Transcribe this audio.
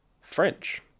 french